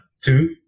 two